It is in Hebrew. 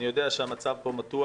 אני יודע שהמצב פה מתוח,